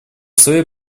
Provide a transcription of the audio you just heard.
своей